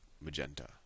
magenta